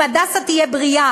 אם "הדסה" יהיה בריא,